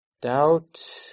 Doubt